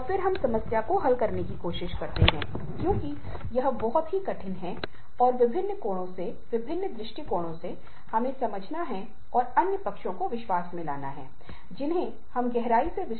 इसके साथ ही हमने अलग अलग स्थानों पर जाने के साथ छुट्टी का प्रावधान भी किया है जिसे छुट्टी LTC कहा जाता है या यात्रा रियायतें छोड़ते हैं